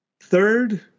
Third